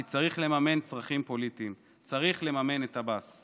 כי צריך לממן צרכים פוליטיים, צריך לממן את עבאס.